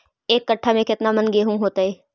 एक कट्ठा में केतना मन गेहूं होतै?